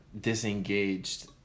disengaged